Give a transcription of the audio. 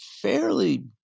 fairly